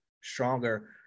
stronger